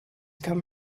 come